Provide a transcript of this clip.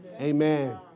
Amen